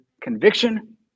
conviction